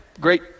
great